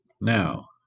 Now